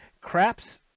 craps